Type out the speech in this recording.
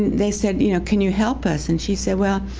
they said, you know, can you help us? and she said well,